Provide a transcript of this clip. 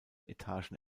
etagen